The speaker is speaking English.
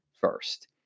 first